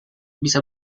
bisa